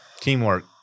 Teamwork